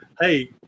hey